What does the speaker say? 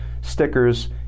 stickers